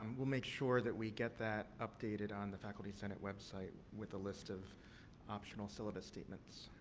um we'll make sure that we get that updated on the faculty senate website with a list of optional syllabus statements.